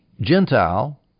Gentile